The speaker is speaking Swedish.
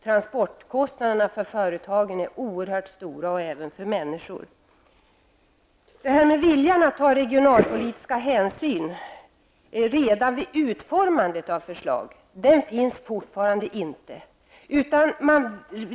Transportkostnaderna för företag, och även för människor, är oerhört stora. Viljan att ta regionalpolitiska hänsyn redan vid utformandet av förslag finns fortfarande inte.